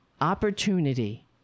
opportunity